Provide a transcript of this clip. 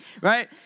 right